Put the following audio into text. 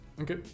Okay